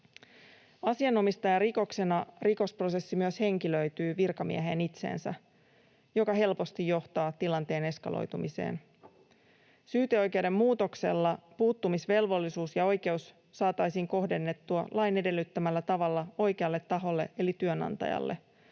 Asianomistajarikoksena rikosprosessi myös henkilöityy virkamieheen itseensä, mikä helposti johtaa tilanteen eskaloitumiseen. Syyteoikeuden muutoksella puuttumisvelvollisuus ja -oikeus saataisiin kohdennettua lain edellyttämällä tavalla oikealle taholle eli työnantajalle,